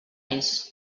més